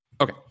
Okay